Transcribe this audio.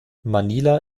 manila